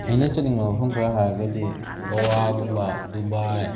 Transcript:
ꯑꯩꯅ ꯆꯠꯅꯤꯡꯕ ꯃꯐꯝ ꯈꯔ ꯍꯥꯏꯔꯒꯗꯤ ꯒꯧꯋꯥꯒꯨꯝꯕ ꯗꯨꯕꯥꯏ